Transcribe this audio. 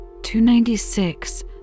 296